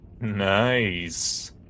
Nice